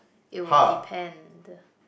it will depend